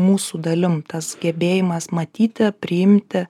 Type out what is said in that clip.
mūsų dalim tas gebėjimas matyti priimti